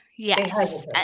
Yes